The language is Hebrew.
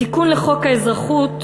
התיקון לחוק האזרחות,